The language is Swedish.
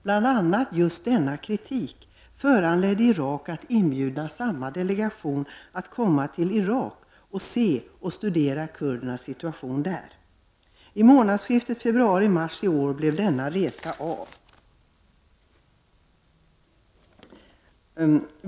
Bl.a. just denna kritik föranledde Irak att inbjuda samma delegation att komma till Irak för att studera kurdernas situation där. I månadsskiftet februari-mars i år blev denna resa av.